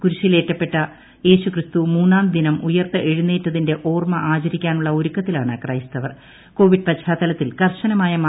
കുരിശിലേറ്റപ്പെട്ട യേശുക്രിസ്തു മൂന്നാം ദിനം ഉയർത്ത് എഴുന്നേറ്റതിന്റെ ഓർമ്മ ആചരിക്കാനുള്ള ഒരുക്കത്തിലാണ് കോവിഡ് പശ്ചാത്തലത്തിൽ കർശനമായ ക്രൈസ്തവർ